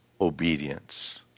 obedience